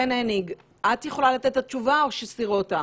חן הניג, את יכולה לתת את התשובה או אורי סירוטה?